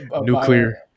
nuclear